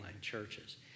churches